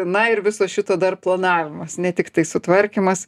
na ir viso šito dar planavimas ne tiktai sutvarkymas